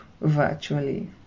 virtually